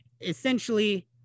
Essentially